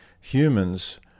humans